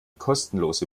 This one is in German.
kostenlose